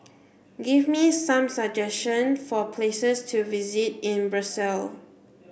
give me some suggestion for places to visit in Brussel